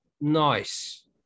Nice